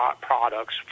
products